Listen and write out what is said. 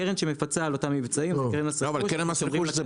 הקרן שמפצה על אותם מבצעים זה קרן מס רכוש.